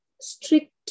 strict